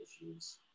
issues